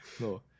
No